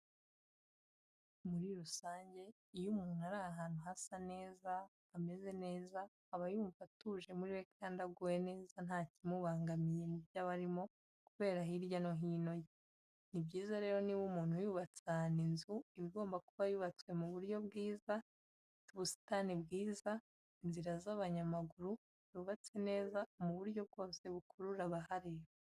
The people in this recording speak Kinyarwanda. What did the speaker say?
Muri rusange iyo umuntu ari ahantu hasa neza, hameze neza aba umva atuje muri we kandi aguwe neza ntakimubangamiye mu byo aba arimo kureba hirya no hino ye. Ni byiza rero niba umuntu yubatse ahantu inzu iba igomba kuba yubatswe mu buryo bwiza, ifite ubusitani bwiza, inzira z'abanyamaguru zubatse neza mu buryo bwose bukurura abahareba.